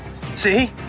See